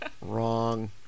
Wrong